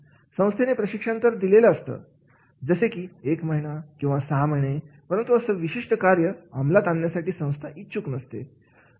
संस्थेने प्रशिक्षण तर दिलेल्या असतं जसे की एक महिना किंवा सहा महिन्याचं परंतु असं विशिष्ट कार्य अमलात आणण्यासाठी संस्था इच्छुक नसते